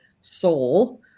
soul